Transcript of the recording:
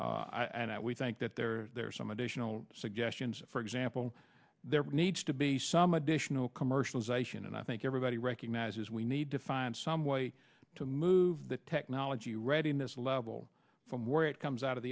inflation and we think that there are some additional suggestions for example there needs to be some additional commercialization and i think everybody recognizes we need to find some way to move the technology readiness level from where it comes out of